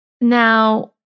Now